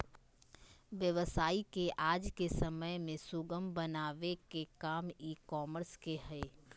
व्यवसाय के आज के समय में सुगम बनावे के काम ई कॉमर्स के हय